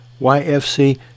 YFC